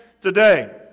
today